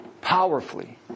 powerfully